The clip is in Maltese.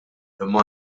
imma